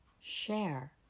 share